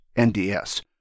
NDS